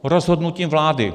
Rozhodnutím vlády.